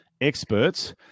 experts